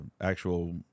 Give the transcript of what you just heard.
actual